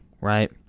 right